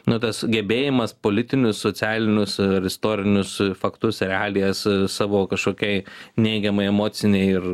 nu tas gebėjimas politinius socialinius istorinius faktus realijas savo kažkokiai neigiamai emocinei ir